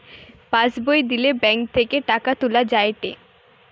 pass বই দিলে bank থেকে টাকা তুলা যায়েটে